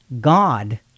God